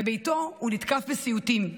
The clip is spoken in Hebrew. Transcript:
בביתו הוא נתקף בסיוטים,